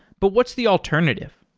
but what's the alternative?